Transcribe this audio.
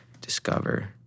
discover